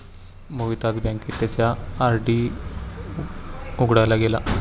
मोहित आज बँकेत त्याचा आर.डी उघडायला गेला